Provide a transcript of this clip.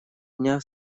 дня